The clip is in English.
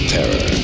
Terror